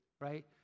right